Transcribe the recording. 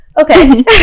okay